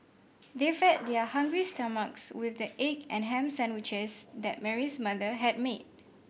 They fed their hungry stomachs with the egg and ham sandwiches that Mary's mother had made